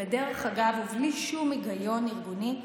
כבדרך אגב ובלי שום היגיון ארגוני,